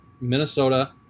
Minnesota